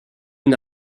une